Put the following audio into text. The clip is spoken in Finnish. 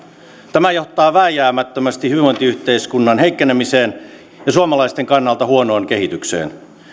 tämä johtaa vääjäämättömästi hyvinvointiyhteiskunnan heikkenemiseen ja suomalaisten kannalta huonoon kehitykseen